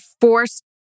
forced